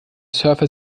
surfer